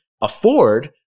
afford